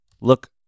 look